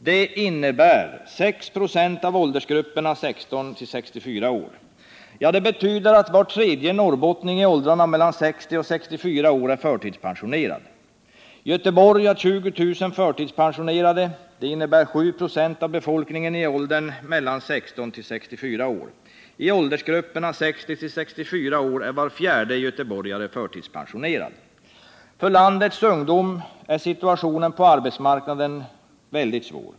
Det innebär 6 96 av åldersgrupperna 16-64 år. Var tredje norrbottning i åldrarna 60-64 år är alltså förtidspensionerad. För landets ungdom är situationen på arbetsmarknaden väldigt besvärlig.